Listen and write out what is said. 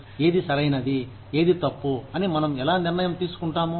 ఏది సరైనది ఏది తప్పు అని మనం ఎలా నిర్ణయం తీసుకుంటాము